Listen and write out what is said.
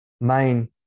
main